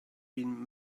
been